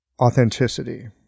authenticity